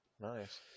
Nice